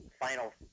final